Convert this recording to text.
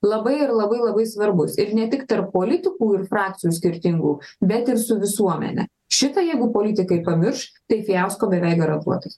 labai ir labai labai svarbus ir ne tik tarp politikų ir frakcijų skirtingų bet ir su visuomene šitą jeigu politikai pamirš tai fiasko beveik garantuotas